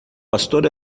pastor